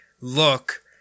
look